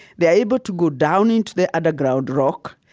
they are able to go down into the underground rock.